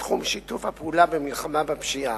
בתחום שיתוף הפעולה במלחמה בפשיעה.